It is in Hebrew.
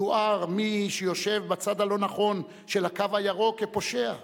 תואר מי שיושב בצד הלא-נכון של "הקו הירוק" כפושע,